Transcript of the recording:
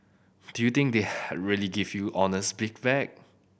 do you think they really give you honest feedback